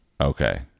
Okay